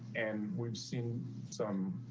and we've seen some